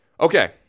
Okay